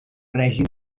règim